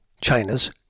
China's